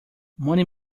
money